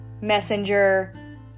Messenger